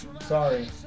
sorry